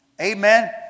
Amen